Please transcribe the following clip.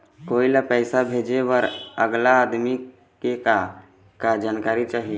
कोई ला पैसा भेजे बर अगला आदमी के का का जानकारी चाही?